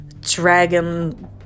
dragon